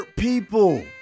people